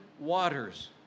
waters